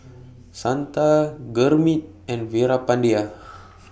Santha Gurmeet and Veerapandiya